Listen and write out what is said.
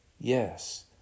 yes